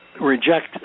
reject